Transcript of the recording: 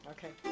Okay